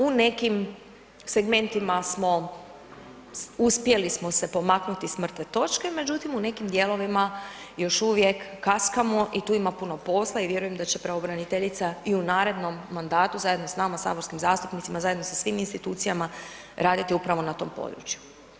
U nekim segmentima smo uspjeli, uspjeli smo se pomaknuti s mrtve točke, međutim u nekim dijelovima još uvijek kaskamo i tu ima puno posla i vjerujem da će pravobraniteljica i u narednom mandatu, zajedno s nama saborskim zastupnicima, zajedno sa svim institucijama, raditi upravo na tom području.